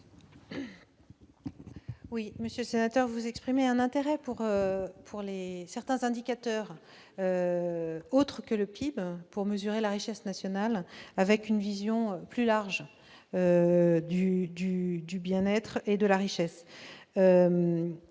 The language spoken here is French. Monsieur le sénateur, vous exprimez votre intérêt pour certains indicateurs qui permettraient de mesurer la richesse nationale avec une vision plus large du bien-être et de la richesse